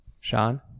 Sean